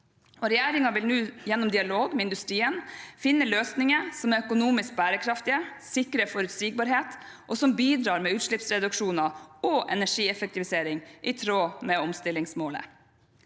Regjeringen vil nå gjennom dialog med industrien finne løsninger som er økonomisk bærekraftige, som sikrer forutsigbarhet, og som bidrar med utslippsreduksjoner og energieffektivisering i tråd med omstillingsmålet.